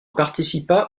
participa